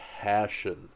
passion